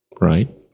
right